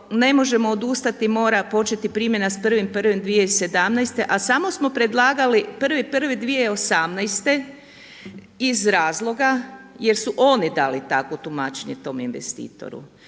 ne možemo odustati mora početi primjena s 1.1.2017., a samo smo predlagali 1.1.2018. iz razloga jer su oni dali takvo tumačenje tom investitoru.